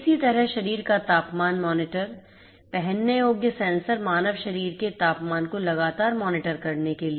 इसी तरह शरीर का तापमान मॉनिटर पहनने योग्य सेंसर मानव शरीर के तापमान को लगातार मॉनिटर करने के लिए